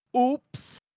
Oops